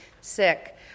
sick